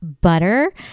butter